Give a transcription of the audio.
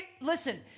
Listen